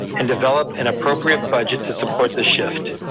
and develop an appropriate budget to support the shift.